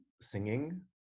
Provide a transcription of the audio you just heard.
singing